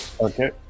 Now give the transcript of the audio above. Okay